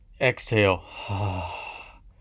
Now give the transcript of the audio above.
Exhale